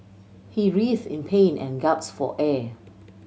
he writhe in pain and gaps for air